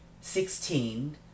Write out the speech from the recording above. sixteen